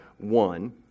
one